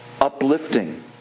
uplifting